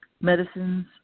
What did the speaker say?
medicines